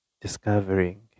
discovering